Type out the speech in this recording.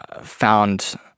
found